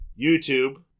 YouTube